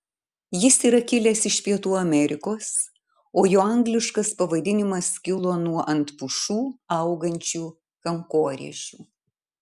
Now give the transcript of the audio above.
jis yra kilęs iš pietų amerikos o jo angliškas pavadinimas kilo nuo ant pušų augančių kankorėžių